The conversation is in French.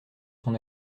son